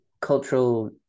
cultural